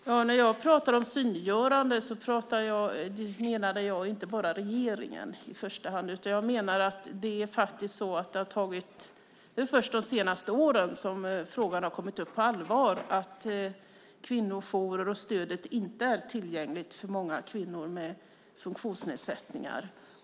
Fru talman! När jag talade om synliggörande menade jag inte bara regeringen i första hand. Det är först de senaste åren som frågan har kommit upp på allvar att kvinnojourer och stödet inte är tillräckligt för många kvinnor med funktionsnedsättningar.